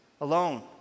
alone